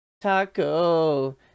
Taco